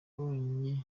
yabonye